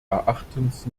erachtens